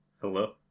Hello